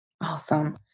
Awesome